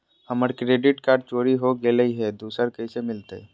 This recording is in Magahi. हमर क्रेडिट कार्ड चोरी हो गेलय हई, दुसर कैसे मिलतई?